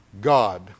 God